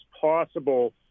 possible